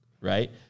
right